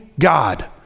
God